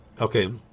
Okay